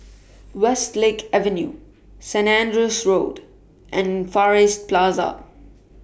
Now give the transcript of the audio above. Westlake Avenue Saint Andrew's Road and Far East Plaza